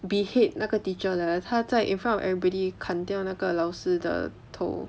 behead 那个 teacher leh 他在 in front of everybody 砍掉那个老师的头